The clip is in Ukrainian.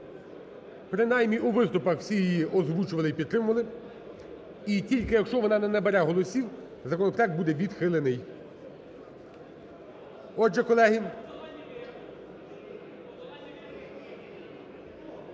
принаймні всі у виступах її озвучували і підтримували. І тільки, якщо вона не набере голосів, законопроект буде відхилений. Отже, колеги,